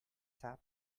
sap